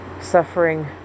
suffering